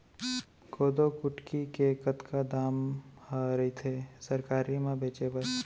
कोदो कुटकी के कतका दाम ह रइथे सरकारी म बेचे बर?